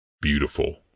Beautiful